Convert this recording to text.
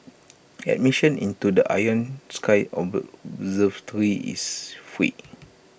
admission into the Ion sky observatory is free